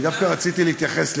אני דווקא רציתי להתייחס,